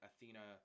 Athena